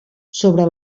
sobre